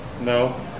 No